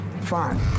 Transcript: Fine